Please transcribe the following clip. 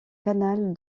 canal